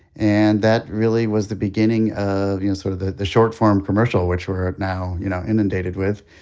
and that really was the beginning of you know sort of the the short form commercial, which we're now you know inundated with,